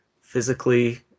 physically